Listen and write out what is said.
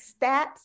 stats